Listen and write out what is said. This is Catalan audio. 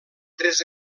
tres